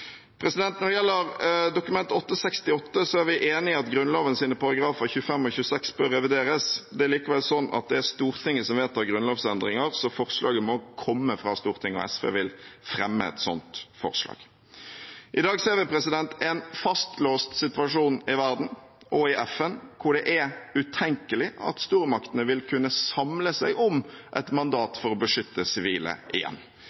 i. Når det gjelder Dokument 8:68, er vi enig i at Grunnloven §§ 25 og 26 bør revideres. Det er likevel slik at det er Stortinget som vedtar grunnlovsendringer, så forslaget må komme fra Stortinget. SV vil fremme et slikt forslag. I dag ser vi en fastlåst situasjon i verden og i FN hvor det er utenkelig at stormaktene vil kunne samle seg om et mandat for å beskytte sivile igjen.